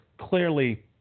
clearly